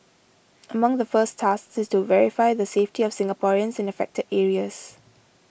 among the first tasks is to verify the safety of Singaporeans in affected areas